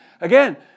again